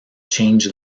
changed